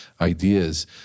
ideas